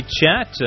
chat